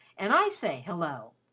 and i say hello!